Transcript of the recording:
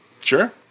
Sure